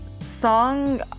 song